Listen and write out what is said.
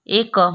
ଏକ